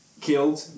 killed